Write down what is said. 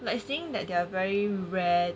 like seeing that they are very rare